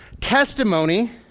Testimony